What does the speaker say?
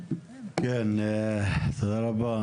כן, תודה רבה.